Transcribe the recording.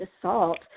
assault